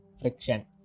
friction